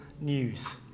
news